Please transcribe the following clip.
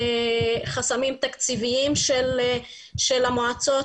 חסמים תקציביים של המועצות.